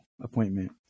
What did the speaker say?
appointment